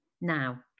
Now